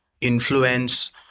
influence